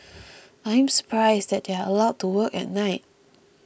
I'm surprised that they are allowed to work at night